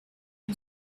two